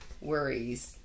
worries